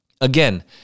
again